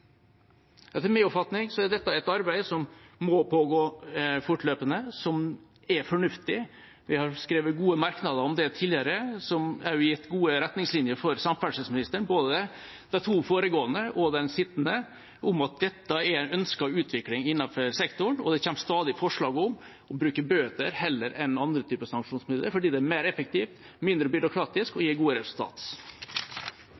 Etter min oppfatning er dette et arbeid som må pågå fortløpende, og som er fornuftig. Vi har skrevet gode merknader om det tidligere, som også har gitt gode retningslinjer for samferdselsministeren – både de to foregående og den sittende – om at dette er en ønsket utvikling innenfor sektoren, og det kommer stadig forslag om å bruke bøter heller enn andre typer sanksjonsmidler fordi det er mer effektivt, mindre byråkratisk og